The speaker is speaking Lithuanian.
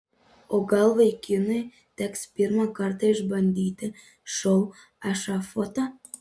o gal vaikinui teks pirmą kartą išbandyti šou ešafotą